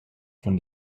von